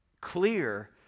clear